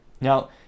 Now